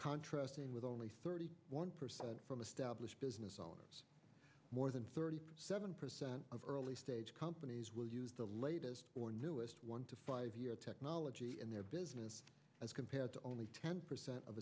contrast saying with only thirty one percent from established business owners more than thirty seven percent of early stage companies will use the latest or newest one to five year technology in their business as compared to only ten percent of